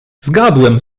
zgadłem